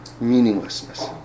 meaninglessness